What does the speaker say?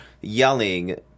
yelling